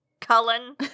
Cullen